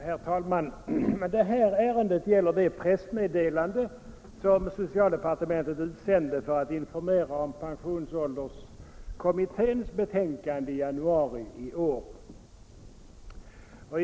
Nr 70 Herr talman! Detta "Arende gäller det pressmeddelande som socialde Tisdagen den partementet i januari i år sände ut för att informera om pensionsålders 29 april 1975 kommitténs betänkande.